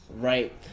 Right